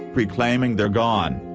proclaiming they're gone.